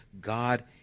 God